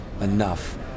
enough